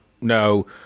No